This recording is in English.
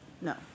No